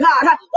God